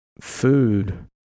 food